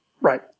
right